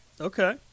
Okay